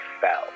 fell